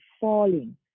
falling